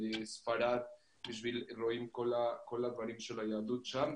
לספרד בשביל לראות את כל הדברים של היהדות שם,